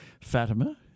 Fatima